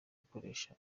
gukoresha